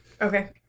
Okay